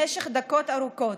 במשך דקות ארוכות,